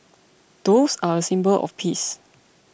doves are a symbol of peace